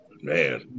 Man